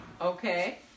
Okay